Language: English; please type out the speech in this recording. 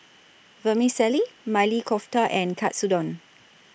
Vermicelli Maili Kofta and Katsudon